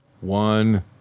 One